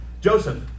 Joseph